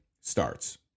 starts